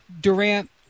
Durant